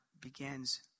begins